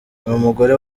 umugore